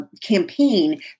campaign